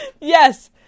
Yes